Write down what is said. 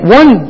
one